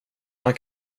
han